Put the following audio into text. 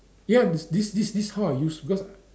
ya this this this how I use because